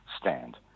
stand